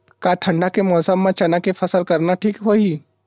का ठंडा के मौसम म चना के फसल करना ठीक होही?